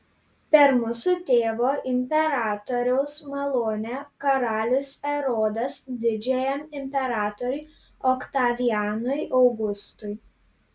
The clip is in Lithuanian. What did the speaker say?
per mūsų tėvo imperatoriaus malonę karalius erodas didžiajam imperatoriui oktavianui augustui